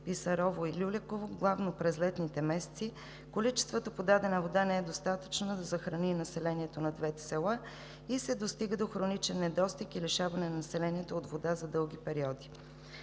Писарово и Люляково, главно през летните месеци, количествата подадена вода не е достатъчна да захрани населението на двете села и се достига до хроничен недостиг и лишаване на населението от вода за дълги периоди.